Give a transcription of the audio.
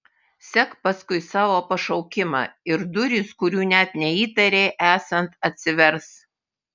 sek paskui savo pašaukimą ir durys kurių net neįtarei esant atsivers